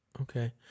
Okay